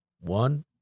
One